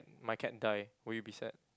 my cat died will you be sad